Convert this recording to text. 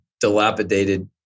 dilapidated